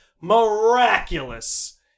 Miraculous